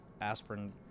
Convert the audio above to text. aspirin